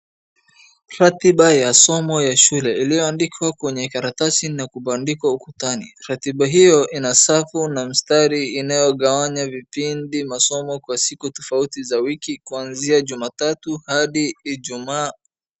Ratiba ya somo ya shule iliyoandikwa kwenye karatasi na kubandikwa ukutani. Ratiba hiyo ina safu na mstari inayogawanya vipindi, masomo kwa siku tofauti za wiki kuanzia jumatatu hadi ijumaa.